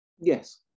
Yes